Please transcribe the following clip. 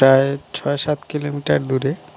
প্রায় ছয় সাত কিলোমিটার দূরে